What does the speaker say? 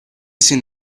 sin